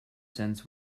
cents